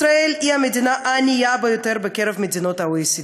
ישראל היא המדינה הענייה ביותר בקרב מדינות ה-OECD,